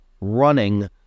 running